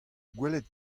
gwelet